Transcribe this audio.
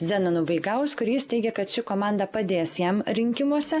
zenonu vaigausku ir jis teigia kad ši komanda padės jam rinkimuose